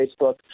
Facebook